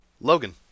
Logan